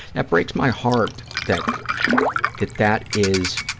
that breaks my heart that that that is